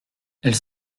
elles